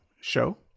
show